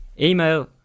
Email